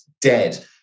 dead